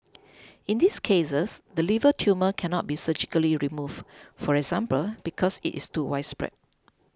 in these cases the liver tumour cannot be surgically remove for example because it is too widespread